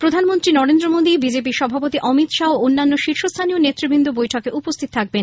প্রধানমন্ত্রী Narendra Modi B J P র সভাপতি অমিত শাহ্ ও অন্যান্য শীর্ষস্থানীয় নেতৃবৃন্দ বৈঠকে উপস্থিত থাকবেন